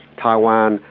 taiwan,